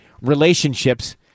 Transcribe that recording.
relationships